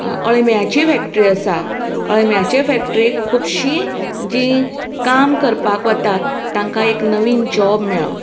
अळम्यांची factory आसा अळम्यांच्या फेक्ट्रींत खुबशीं जी काम करपाक वतात तांकां एक नवीन जॉब मेळ्ळो